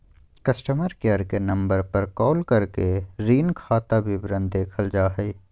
customer care के number पर call करके ऋण खाता विवरण देखल जा हय